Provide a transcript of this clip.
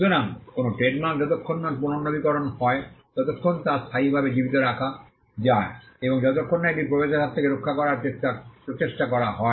সুতরাং কোনও ট্রেডমার্ক যতক্ষণ না পুনর্নবীকরণ হয় ততক্ষণ তা স্থায়ীভাবে জীবিত রাখা যায় এবং যতক্ষণ না এটি প্রবেশের হাত থেকে রক্ষা করার প্রচেষ্টা করা হয়